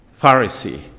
Pharisee